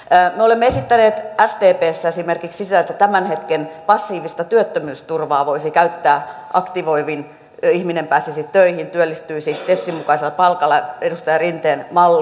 me olemme esittäneet sdpssä esimerkiksi sitä että tämän hetken passiivista työttömyysturvaa voisi käyttää aktivoiviin toimiin ihminen pääsisi töihin työllistyisi tesin mukaisella palkalla edustaja rinteen malli